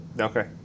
Okay